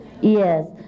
Yes